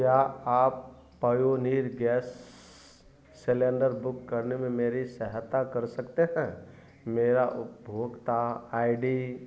क्या आप pioneer gas cylinder book करने में मेरी सहायता कर सकते हैं मेरा उपभोक्ता आई डी छब्बीस उनतीस एकसठ तैंतीस एकावन ज़ीरो चौदह बारह है और डिलिवरी का पता बारह चौँतीस main street Bengaluru Karnataka pin code छप्पन ज़ीरो ज़ीरो ज़ीरो एक है